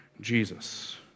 Jesus